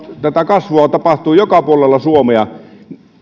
tätä kasvua tapahtuu joka puolella suomea